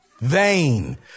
Vain